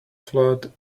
flood